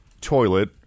toilet